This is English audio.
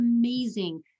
amazing